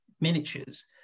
miniatures